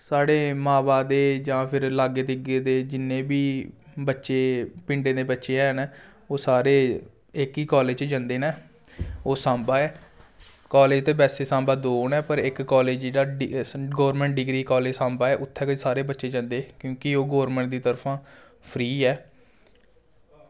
साढ़े मावा दे जां फ्ही लाग्गे दे जिन्ने बी बच्चे पिंडे दे बच्चे हैन ओह् सारे इक ई कॉलेज जंदे न ओह् सांबा ऐ कॉलेज ते सांबा वैसे ते दौ न इक कॉलेज ते गौरमेंट डिग्री कॉलेज सांबा ऐ ते उत्थें ते सारे बच्चे जंदे न क्युंकि ओह् गौरमेंट दी तरफा ओह् फ्री ऐ